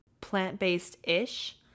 plant-based-ish